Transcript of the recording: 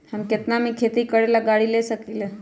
हम केतना में खेती करेला गाड़ी ले सकींले?